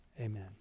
amen